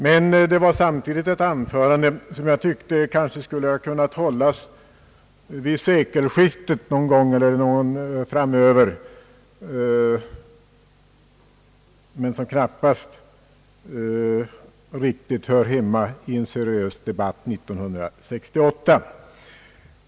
Men det var samtidigt ett anförande, som jag tycker kunde ha hållits någon gång vid sekelskiftet eller strax därefter men som knappast hör hemma i en seriös debatt år 1968.